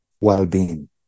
well-being